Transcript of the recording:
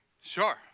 sure